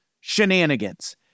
Shenanigans